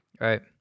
Right